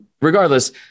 Regardless